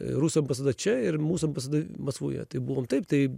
rusų ambasada čia ir mūsų ambasada maskvoje tai buvom taip tai